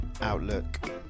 Outlook